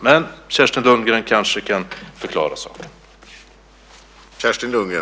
Men Kerstin Lundgren kanske kan förklara saken.